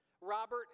Robert